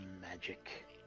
magic